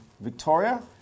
Victoria